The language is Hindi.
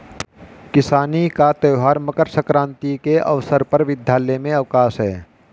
किसानी का त्यौहार मकर सक्रांति के अवसर पर विद्यालय में अवकाश है